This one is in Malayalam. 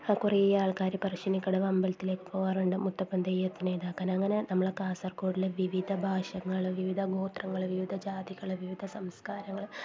കുറേ ആൾക്കാര് പറശ്ശിനിക്കടവ് അമ്പലത്തിലേക്ക് പോവാറുണ്ട് മുത്തപ്പൻ തെയ്യത്തിനെ ഇതാക്കാൻ അങ്ങനെ നമ്മളെ കാസർഗോഡിലെ വിവിധ ഭാഷകളാണ് വിവിധ ഗോത്രങ്ങള് വിവിധ ജാതികള് വിവിധ സംസ്കാരങ്ങള്